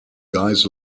guys